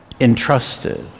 Entrusted